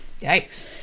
Yikes